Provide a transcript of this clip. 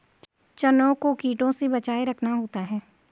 चनों को कीटों से बचाके रखना होता है